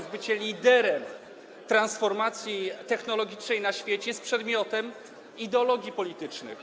w bycie liderem transformacji technologicznej na świecie jest przedmiotem ideologii politycznych.